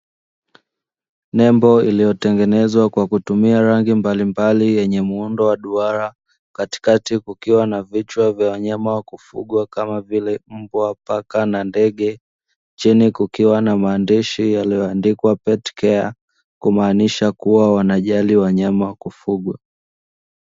Nembo iliyotengenezwa kwa kutumia rangi mbalimbali yenye muundo wa duara, katikati kukiwa na vichwa vya wanyama wa kufugwa kama vile mbwa, paka na ndege chini kukiwa na maandishi yaliyoandikwa "Petcare" kumaanisha kua wanajali wanyama wa kufugwa.